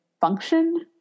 function